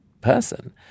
person